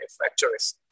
manufacturers